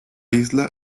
isla